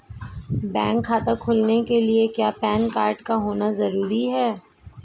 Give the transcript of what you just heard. Bank खाता खोलने के लिए क्या पैन कार्ड का होना ज़रूरी है?